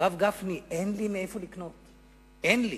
הרב גפני, אין לי מאיפה לקנות, אין לי.